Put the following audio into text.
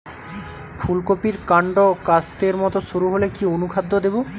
ফুলকপির কান্ড কাস্তের মত সরু হলে কি অনুখাদ্য দেবো?